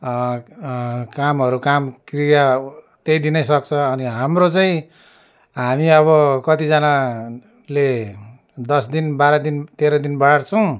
कामहरू काम क्रिया त्यही दिन नै सक्छ अनि हाम्रो चाहिँ हामी अब कतिजनाले दस दिन बाह्र दिन तेह्र दिन बार्छौँ